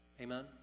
Amen